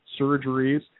surgeries